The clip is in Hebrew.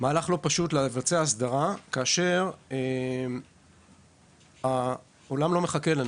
מהלך לא פשוט, לבצע הסדרה, כאשר העולם לא מחכה לנו